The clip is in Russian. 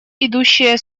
идущие